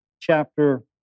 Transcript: chapter